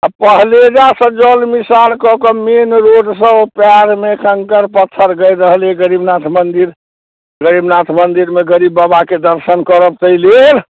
आओर पहलेजासँ जल निसार कऽ कऽ मेन रोडसँ पयरमे कङ्कड़ पत्थर गड़ि रहल अइ गरीबनाथ मन्दिर गरीबनाथ मन्दिरमे गरीब बाबाके दर्शन करब तै लेल